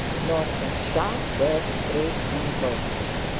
nor can sharp words break any bones.